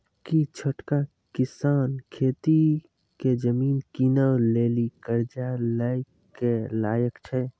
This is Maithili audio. कि छोटका किसान खेती के जमीन किनै लेली कर्जा लै के लायक छै?